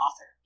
author